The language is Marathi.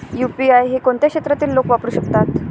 यु.पी.आय हे कोणत्या क्षेत्रातील लोक वापरू शकतात?